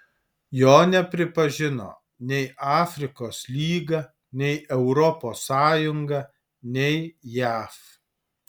jo nepripažino nei afrikos lyga nei europos sąjunga nei jav